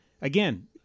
Again